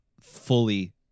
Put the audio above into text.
fully